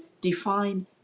define